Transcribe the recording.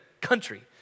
country